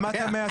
למה אתה מהסס?